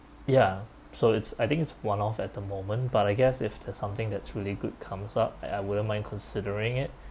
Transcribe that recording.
ya so it's I think it's one off at the moment but I guess if there's something that's really good comes up I I wouldn't mind considering it